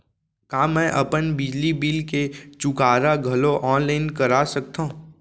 का मैं अपन बिजली बिल के चुकारा घलो ऑनलाइन करा सकथव?